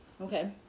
Okay